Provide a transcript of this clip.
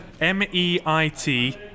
M-E-I-T